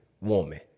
woman